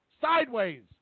Sideways